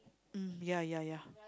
um ya ya ya